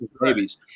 babies